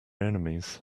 enemies